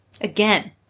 Again